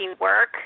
work